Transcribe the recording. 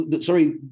sorry